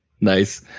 nice